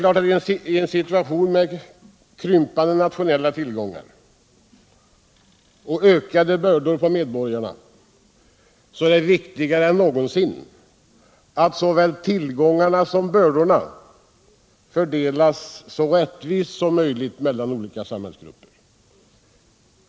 I en situation med krympande nationella tillgångar och ökade bördor på medborgarna är det viktigare än någonsin att såväl tillgångarna som bördorna fördelas så rättvist som möjligt mellan olika samhällsgrupper.